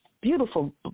beautiful